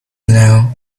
now